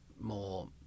more